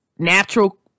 natural